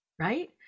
Right